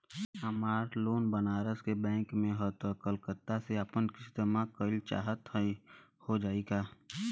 हमार लोन बनारस के बैंक से ह हम कलकत्ता से आपन किस्त जमा कइल चाहत हई हो जाई का?